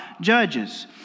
judges